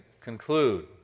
conclude